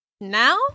now